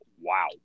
wow